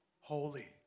Holy